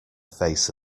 face